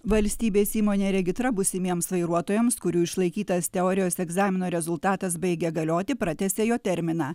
valstybės įmonė regitra būsimiems vairuotojams kurių išlaikytas teorijos egzamino rezultatas baigia galioti pratęsė jo terminą